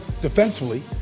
defensively